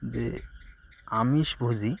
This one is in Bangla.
যে আমিষভোজী